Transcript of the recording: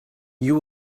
you